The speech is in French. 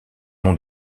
nom